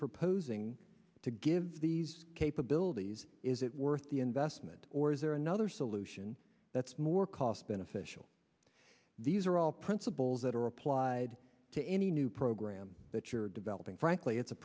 proposing to give these capabilities is it worth the investment or is there another solution that's more cost beneficial these are all principles that are applied to any new program that you're developing frankly it's a